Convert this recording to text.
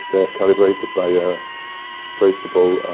they are calibrated by a traceable